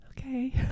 okay